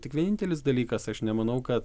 tik vienintelis dalykas aš nemanau ka